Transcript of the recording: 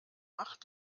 acht